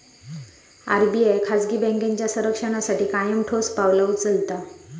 RBI खाजगी बँकांच्या संरक्षणासाठी कायम ठोस पावला उचलता